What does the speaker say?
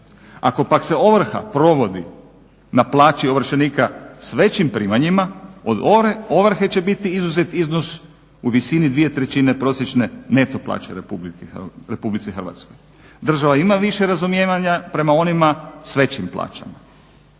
Ako pak se ovrha provodi na plaći ovršenika s većim primanjima od ovrhe će biti izuzet iznos u visini dvije trećine prosječne neto plaće u Republici Hrvatskoj. Država ima više razumijevanja prema onima sa većim plaćama.